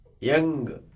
young